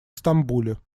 стамбуле